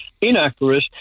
inaccurate